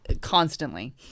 constantly